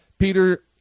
Peter